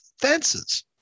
fences